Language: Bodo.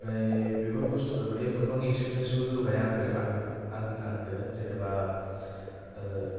ओमफ्राय बेफोर बुस्तु माने गोबां एक्सफिरेन्सबो होबाय आंनो आं आंनो जेन'बा